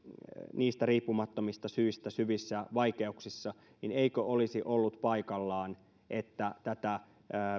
niistä riippumattomista syistä syvissä vaikeuksissa olisi ollut paikallaan että tätä